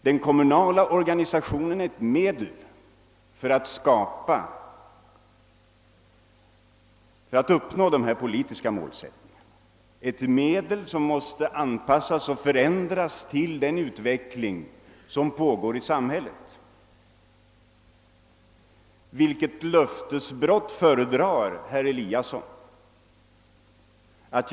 Den kommunala organisationen är ett medel för att uppnå den politiska målsättningen, ett medel som måste anpassas och förändras till den utveckling som pågår i samhället. Vilket löftesbrott föredrar herr Eliasson i Sundborn?